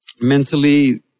mentally